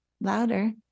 louder